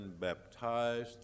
baptized